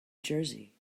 jersey